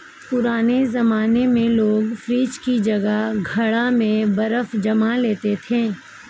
पुराने जमाने में लोग फ्रिज की जगह घड़ा में बर्फ जमा लेते थे